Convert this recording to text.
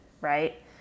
right